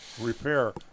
repair